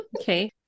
Okay